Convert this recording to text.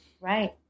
Right